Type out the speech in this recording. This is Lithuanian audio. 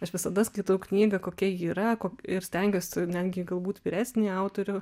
aš visada skaitau knygą kokia ji yra ir stengiuosi netgi galbūt vyresnįjį autorių